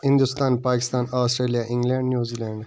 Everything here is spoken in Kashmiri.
Hindustan Pakistan Australia England نِوزی land